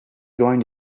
going